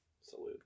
salute